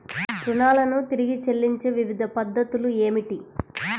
రుణాలను తిరిగి చెల్లించే వివిధ పద్ధతులు ఏమిటి?